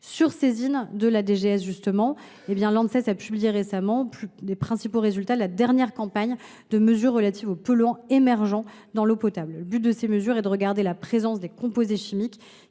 de l’environnement et du travail (Anses) a publié récemment les principaux résultats de la dernière campagne de mesures relatives aux polluants émergents dans l’eau potable. Le but de ces mesures est de détecter la présence de composés chimiques